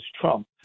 Trump